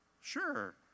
sure